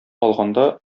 алганда